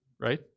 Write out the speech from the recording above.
right